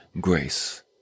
grace